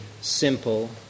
simple